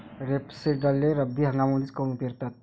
रेपसीडले रब्बी हंगामामंदीच काऊन पेरतात?